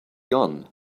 gun